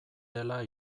dela